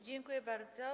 Dziękuję bardzo.